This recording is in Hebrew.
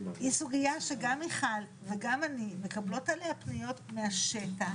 היא סוגיה שגם מיכל וגם אני מקבלות עליה פניות מהשטח.